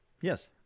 Yes